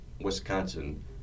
Wisconsin